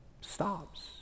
stops